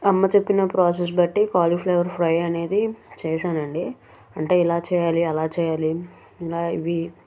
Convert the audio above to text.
అమ్మ చెప్పిన ప్రోసెస్ బట్టి కాలీఫ్లవర్ ఫ్రై అనేది చేసానండి అంటే ఇలా చేయాలి అలా చేయాలి ఇలా ఇవి